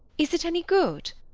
is it any good?